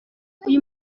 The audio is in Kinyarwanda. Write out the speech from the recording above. uyu